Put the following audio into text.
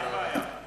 אין בעיה.